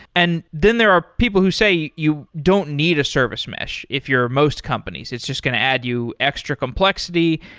and then there are people who say, you don't need a service mesh if your most companies. it's just going to add you extra complexity.